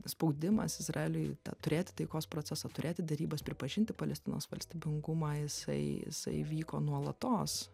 spaudimas izraeliui turėti taikos procesą turėti derybas pripažinti palestinos valstybingumą jisai jisai vyko nuolatos